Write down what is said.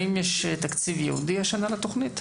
האם יש תקציב ייעודי השנה לתוכנית?